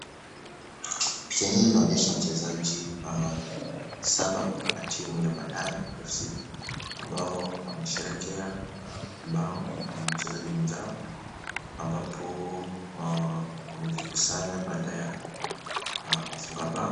Picha hii inaonyesha wachezaji saba wa timu ya Bandari FC ambao, wanasherekea bao, la mchezaji mwenzao ambapo wamejikusanya baada ya kufunga bao.